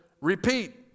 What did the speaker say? repeat